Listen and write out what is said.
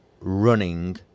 running